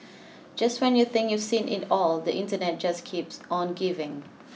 just when you think you've seen it all the internet just keeps on giving